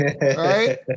right